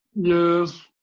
Yes